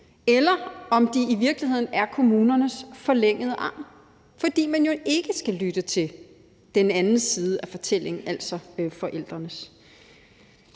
eller om de i virkeligheden er kommunernes forlængede arm, fordi de jo ikke skal lytte til den anden side af fortællingen, altså forældrenes?